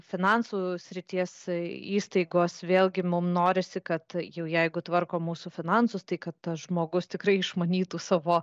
finansų srities įstaigos vėlgi mum norisi kad jau jeigu tvarko mūsų finansus tai kad tas žmogus tikrai išmanytų savo